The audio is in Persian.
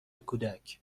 کودک